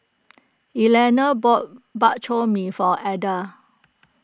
Eleanor bought Bak Chor Mee for Ada